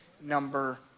number